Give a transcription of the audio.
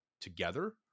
together